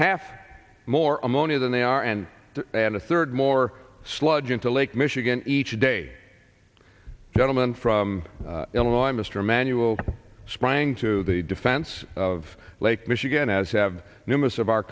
half more ammonia than they are and to add a third more sludge into lake michigan each day gentleman from illinois mr emanuel sprang to the defense of lake michigan as have numerous of our